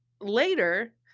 later